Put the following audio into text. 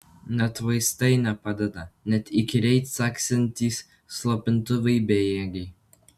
net vaistai nepadeda net įkyriai caksintys slopintuvai bejėgiai